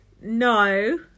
no